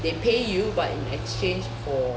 they pay you but in exchange for